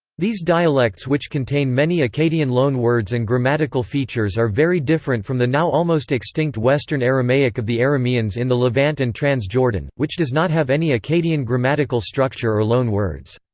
these dialects which contain many akkadian loan words and grammatical features are very different from the now almost extinct western aramaic of the arameans in the levant and trans-jordan, which does not have any akkadian grammatical structure or loan words.